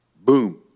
boom